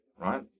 right